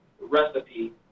recipe